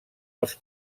els